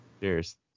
Cheers